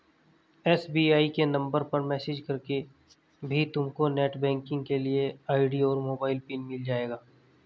SBI के number पर message करके भी तुमको नेटबैंकिंग के लिए आई.डी और मोबाइल पिन मिल जाएगा